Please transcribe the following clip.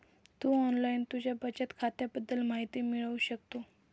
तू online तुझ्या बचत खात्याबद्दल माहिती मिळवू शकतो